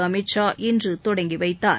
அமித்ஷா இன்று தொடங்கி வைத்தார்